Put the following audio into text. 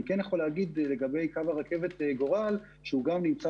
אני יכול להגיד לגבי קו הרכבת גורל שהוא גם נמצא